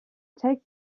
take